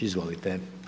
Izvolite.